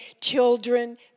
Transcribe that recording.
children